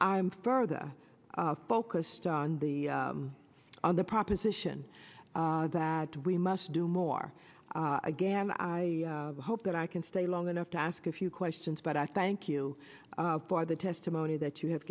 i'm further focused on the on the proposition that we must do more again i hope that i can stay long enough to ask a few questions but i thank you for the testimony that you have